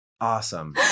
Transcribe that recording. awesome